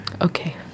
Okay